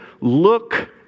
Look